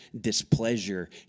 displeasure